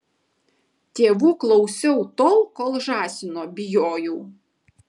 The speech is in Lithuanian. tėvų klausiau tol kol žąsino bijojau